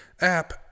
app